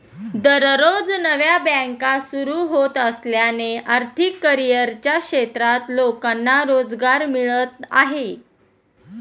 दररोज नव्या बँका सुरू होत असल्याने आर्थिक करिअरच्या क्षेत्रात लोकांना रोजगार मिळत आहे